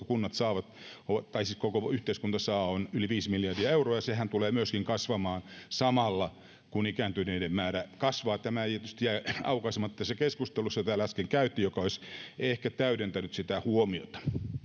kunnat saavat tai siis koko yhteiskunta saa ovat yli viisi miljardia euroa ja sehän tulee myöskin kasvamaan samalla kun ikääntyneiden määrä kasvaa tämä erityisesti jäi aukaisematta tässä keskustelussa joka täällä äsken käytiin se olisi ehkä täydentänyt sitä huomiota